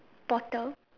bottle